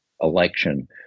election